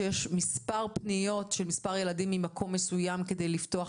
כשיש מספר פניות של מספר ילדים ממקום מסוים כדי לפתוח